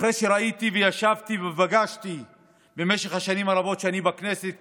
אחרי שראיתי וישבתי ופגשתי במשך השנים הרבות שאני בכנסת,